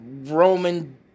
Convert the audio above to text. Roman